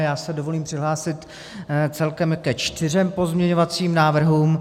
Já si dovolím přihlásit se celkem ke čtyřem pozměňovacím návrhům.